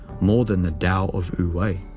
more than the tao of wu-wei.